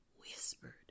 whispered